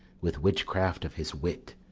with witchcraft of his wit,